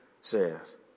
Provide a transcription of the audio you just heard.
says